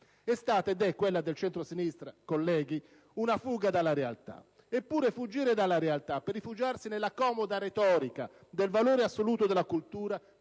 È stata ed è, quella del centrosinistra, una fuga dalla realtà. Eppure, fuggire dalla realtà per rifugiarsi nella comoda retorica del valore assoluto della cultura